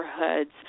neighborhoods